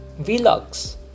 vlogs